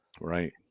Right